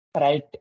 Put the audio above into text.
right